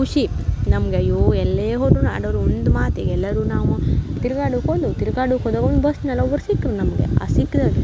ಖುಷಿ ನಮ್ಗೆ ಅಯ್ಯೋ ಎಲ್ಲೇ ಹೋದರೂ ನಾಡೋರ ಒಂದು ಮಾತಿಗೆ ಎಲ್ಲರೂ ನಾವು ತಿರ್ಗಾಡುಕ್ಕೆ ಒಂದು ತಿರ್ಗಾಡುಕ್ಕೆ ಹೋದಾಗ ಒಂದು ಬಸ್ನಲ್ಲಿ ಒಬ್ರು ಸಿಕ್ರೆ ನಮ್ಗೆ ಆ ಸಿಕ್ದಾಗೆ